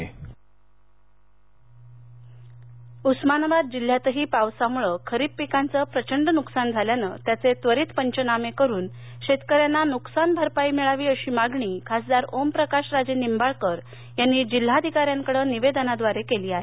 पाऊस उस्मानाबाद उस्मानाबाद जिल्ह्यातही पावसामुळे खरीप पिकांचे प्रचंड नुकसान झाल्यानं त्याचे त्वरित पंचनामे करुन शेतकऱ्यांना नुकसान भरपाई मिळावी अशी मागणी खासदार ओमप्रकाश राजे निबाळकर यांनी जिल्हाधिकाऱ्यांकडे निवेदनाद्वारे केली आहे